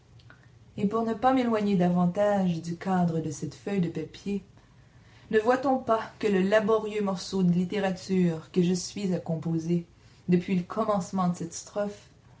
et pour ne pas m'éloigner davantage du cadre de cette feuille de papier ne voit-on pas que le laborieux morceau de littérature que je suis à composer depuis le commencement de cette strophe